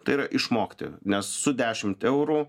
tai yra išmokti nes su dešimt eurų